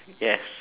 yes